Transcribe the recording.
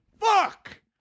Fuck